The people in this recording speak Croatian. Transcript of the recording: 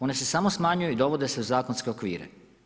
One se samo smanjuju i dovode se u zakonske okvire.